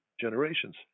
generations